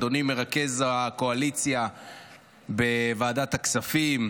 אדוני מרכז הקואליציה בוועדת הכספים,